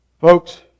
Folks